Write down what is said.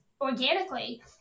organically